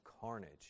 carnage